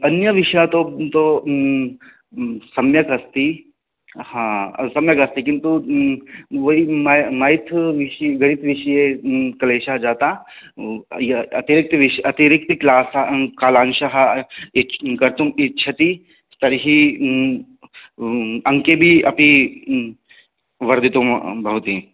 अन्यविषयः तु तु सम्यक् अस्ति हा सम्यक् अस्ति किन्तु वयि मै मैथ् विषये गणितविषये क्लेशाः जाताः अतिरिक्त विष अतिरिक्त क्लाशा कालांशः इछ् कर्तुम् इच्छति तर्हि अङ्केभि अपि वर्धितुं भवति